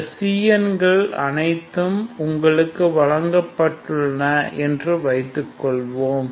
இந்த Cn கள் அனைத்தும் உங்களுக்கு வழங்கப்பட்டுள்ளன என்று வைத்துக்கொள்வோம்